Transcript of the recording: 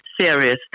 serious